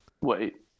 Wait